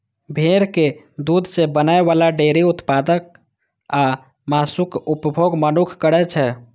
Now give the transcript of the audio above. भेड़क दूध सं बनै बला डेयरी उत्पाद आ मासुक उपभोग मनुक्ख करै छै